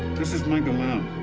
this is michael lamb.